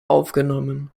aufgenommen